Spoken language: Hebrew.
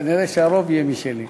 כנראה הרוב יהיה משלי.